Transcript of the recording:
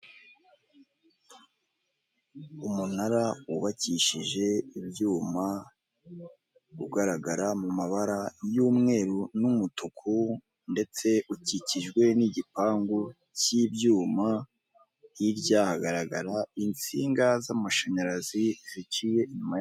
Umunara wubakishije ibyuma, ugaragara mu mabara y'umweru n'umutuku, ndetse ukikijwe n'igipangu cy'ibyuma, hirya hagaragara insinga z'amashanyarazi ziciye inyuma...